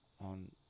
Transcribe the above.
on